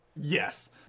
yes